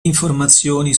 informazioni